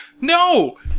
No